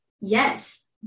Yes